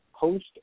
post